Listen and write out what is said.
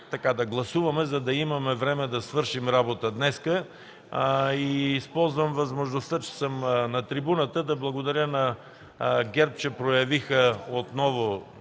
да гласуваме, за да имаме време да свършим работа днес. Използвам възможността, че съм на трибуната, за да благодаря на ГЕРБ, че отново